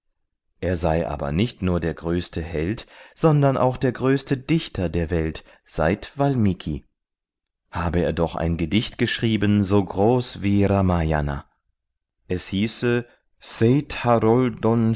er sei aber nicht nur der größte held sondern auch der größte dichter der welt seit valmiki habe er doch ein gedicht geschrieben so groß wie ramayana es hieße